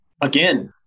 again